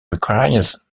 requires